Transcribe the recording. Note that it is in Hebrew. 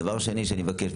דבר שני שאני מבקש,